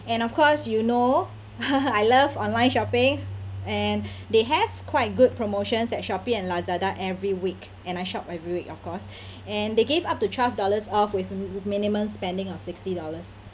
and of course you know I love online shopping and they have quite good promotions at shopee and lazada every week and I shop every week of course and they gave up to twelve dollars off with minimum spending of sixty dollars